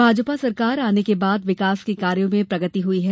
भाजपा सरकार आने के बाद विकास के कार्यो में प्रगति हुई है